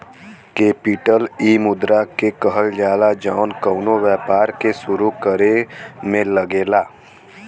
capital इ मुद्रा के कहल जाला जौन कउनो व्यापार के सुरू करे मे लगेला